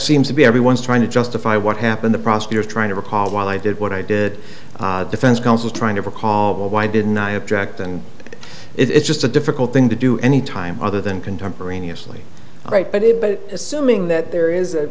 seems to be everyone's trying to justify what happened the prosecutor trying to recall while i did what i did defense counsel trying to recall why didn't i object and it's just a difficult thing to do any time other than contemporaneously right but it but assuming that there is a